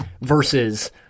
Versus